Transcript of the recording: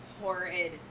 horrid